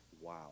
wow